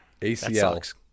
ACL